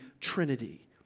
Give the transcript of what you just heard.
trinity